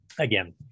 again